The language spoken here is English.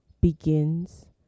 begins